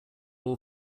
all